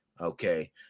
Okay